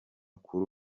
kuri